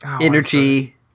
energy